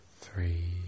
three